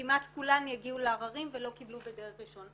כמעט כולן יגיעו לעררים ולא קיבלו בדרג ראשון.